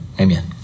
amen